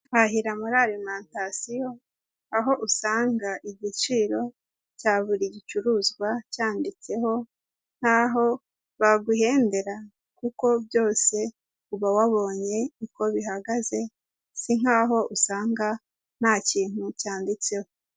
Hahira muri arimantasiyo, aho usanga igiciro cya buri gicuruzwa cyanditseho, ntaho baguhendera kuko byose uba wabonye uko bihagaze, si nk'aho usanga nta kintu cyanditseho.